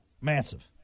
Massive